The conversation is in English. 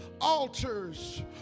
altars